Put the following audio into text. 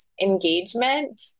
engagement